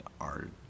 art